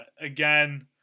Again